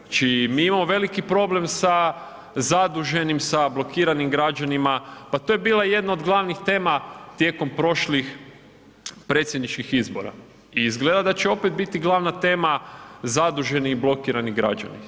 Znači mi imamo veliki problem sa zaduženim, sa blokiranim građanima, pa to je bila jedna od glavnih tema tijekom prošlih predsjedničkih izbora i izgleda da će opet biti glavna tema zaduženi i blokirani građani.